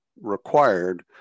required